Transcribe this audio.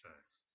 first